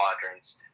quadrants